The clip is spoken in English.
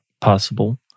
possible